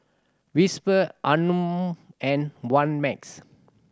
WhisperR Anmum and one Max